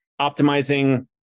optimizing